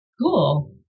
Cool